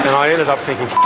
i ended up thinking, f,